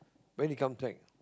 when he come track